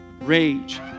rage